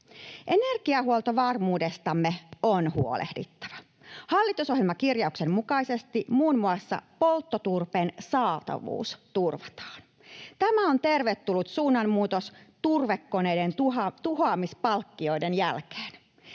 Energiahuoltovarmuudestamme on huolehdittava. Hallitusohjelmakirjauksen mukaisesti muun muassa polttoturpeen saatavuus turvataan. Tämä on tervetullut suunnanmuutos turvekoneiden tuhoamispalkkioiden jälkeen.